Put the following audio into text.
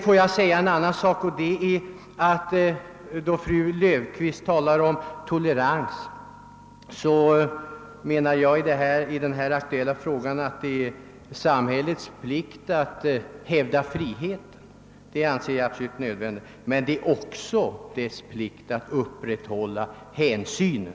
Fru Löfqvist talar om tolerans. Det är enligt min uppfattning samhällets plikt att hävda friheten, men det är också dess plikt att upprätthålla hänsynen.